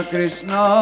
Krishna